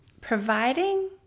providing